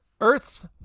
Earth's